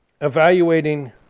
evaluating